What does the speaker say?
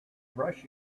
rush